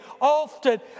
often